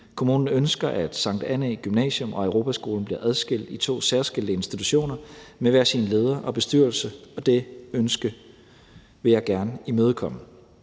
Kommunen ønsker, at Sankt Annæ Gymnasium og Europaskolen bliver adskilt i to særskilte institutioner med hver sin leder og bestyrelse, og det ønske vil jeg gerne imødekomme.